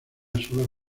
sola